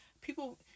People